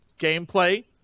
gameplay